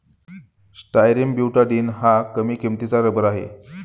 styrene butadiene हा कमी किंमतीचा रबर आहे